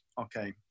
Okay